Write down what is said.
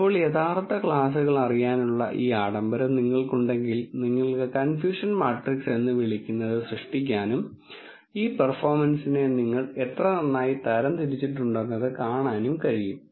ഇപ്പോൾ യഥാർത്ഥ ക്ലാസുകൾ അറിയാനുള്ള ഈ ആഡംബരം നിങ്ങൾക്കുണ്ടെങ്കിൽ നിങ്ങൾക്ക് കൺഫ്യൂഷൻ മാട്രിക്സ് എന്ന് വിളിക്കുന്നത് സൃഷ്ടിക്കാനും ഈ പെർഫോമൻസിനെ നിങ്ങൾ എത്ര നന്നായി തരംതിരിച്ചിട്ടുണ്ടെന്നത് കാണാനും കഴിയും